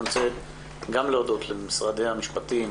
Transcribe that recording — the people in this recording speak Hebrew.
אני רוצה להודות למשרד המשפטים,